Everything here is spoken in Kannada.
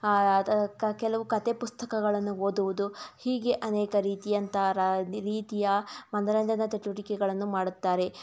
ಕ ಕೆಲವು ಕಥೆ ಪುಸ್ತಕಗಳನ್ನು ಓದುವುದು ಹೀಗೆ ಅನೇಕ ರೀತಿಯಂಥ ರ ರೀತಿಯ ಮನೊರಂಜನಾ ಚಟುವಟಿಕೆಗಳನ್ನು ಮಾಡುತ್ತಾರೆ